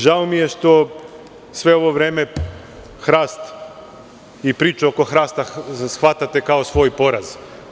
Žao mi je što sve ovo vreme hrast i priče oko hrasta shvatate kao svoj poraz.